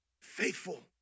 faithful